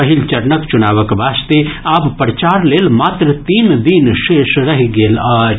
पहिल चरणक चुनावक वास्ते आब प्रचार लेल मात्र तीन दिन शेष रहि गेल अछि